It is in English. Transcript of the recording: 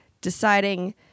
deciding